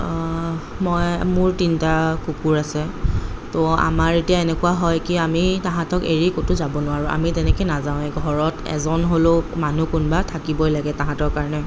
মই মোৰ তিনটা কুকুৰ আছে তো আমাৰ এতিয়া এনেকুৱা হয় কি আমি তাহাঁতক এৰি ক'তো যাব নোৱাৰো আমি তেনেকৈ নাযাওঁৱে ঘৰত এজন হ'লেও মানুহ কোনোবা থাকিবই লাগে তাহাঁতৰ কাৰণে